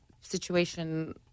situation